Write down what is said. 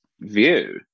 view